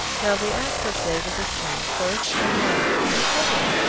now the acts of david the king, first and last, behold,